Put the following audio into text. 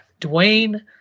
Dwayne